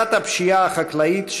מכת הפשיעה החקלאית,